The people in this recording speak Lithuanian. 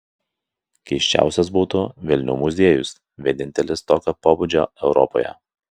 keisčiausias būtų velnių muziejus vienintelis tokio pobūdžio europoje